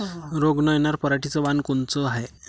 रोग न येनार पराटीचं वान कोनतं हाये?